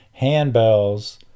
handbells